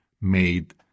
made